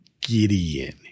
Gideon